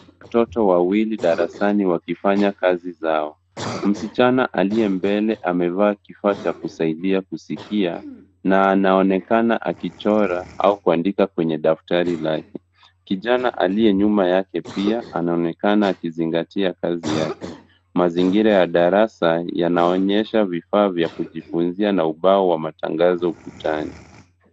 Watoto wawili darasani wakifanya kazi zao. Msichana aliye mbele, amevaa cha kusaidia kusikia, na anaonekana akichora au kuandika kwenye daftari lake. Kijana aliye nyuma yake pia, anaonekana akizingatia kazi yake. Mazingira ya darasa yanaonyesha vifaa vya kujifunzia na ubao wa matangazo ukutani.